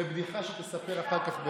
זו בדיחה שתספר אחר כך.